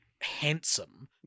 handsome